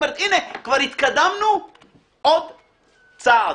הנה, כבר התקדמנו עוד צעד.